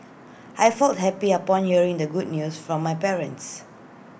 I felt happy upon hearing the good news from my parents